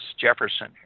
Jefferson